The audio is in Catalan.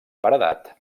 paredat